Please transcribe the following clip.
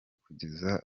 kugeza